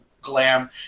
glam